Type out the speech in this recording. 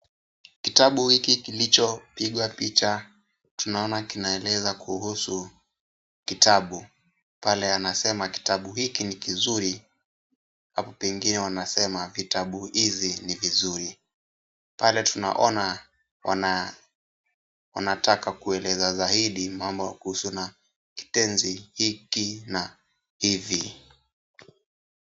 Kitabu hiki kilichopigwa picha tunaona kinaeleza kuhusu kitabu. Pale anasema kitabu hiki ni kizuri, hapo pengine wanasema vitabu hivi ni vizuri. Pale tunaona wanataka kueleza zaidi mambo kuhusu na kitenzi hiki na hivi.